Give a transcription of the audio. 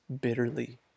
bitterly